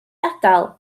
adael